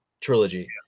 trilogy